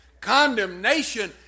condemnation